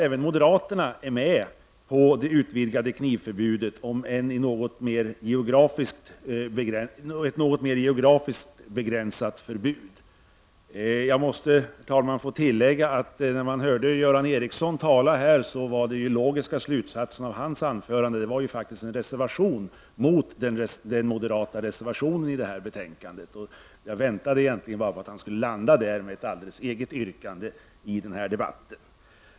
Även moderaterna är ju faktiskt med på det utvidgade knivförbudet, om än de vill ha ett geografiskt något mer begränsat förbud. Jag måste, herr talman, få tillägga att den logiska slutsatsen av Göran Ericssons anförande faktiskt var en reservation mot den moderata reservationen till betänkandet. Jag väntade egentligen bara på att Göran Ericsson skulle landa där med ett alldeles eget yrkande i denna debatt.